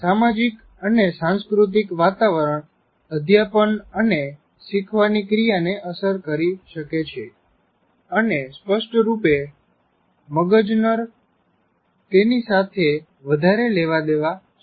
સામાજીક અને સાંસ્કૃતિક વાતાવરણ અધ્યાપન અને શીખવાની ક્રિયાને અસર કરી શકે છે અને સ્પષ્ટરૂપે મગજનર તેની સાથે વધારે લેવાદેવા છે